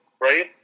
right